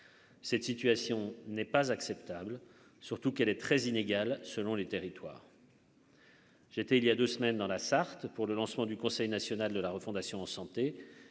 Cette situation n'est pas acceptable, surtout qu'elle est très inégale selon les territoires. J'étais il y a 2 semaines, dans la Sarthe pour le lancement du Conseil national de la refondation santé